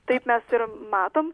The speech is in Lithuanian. taip mes ir matom